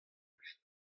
blij